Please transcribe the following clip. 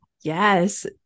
Yes